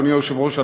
אדוני היושב-ראש,